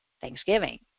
Thanksgiving